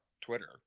Twitter